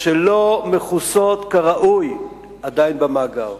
שעדיין לא מכוסות כראוי במאגר.